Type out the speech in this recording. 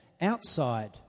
Outside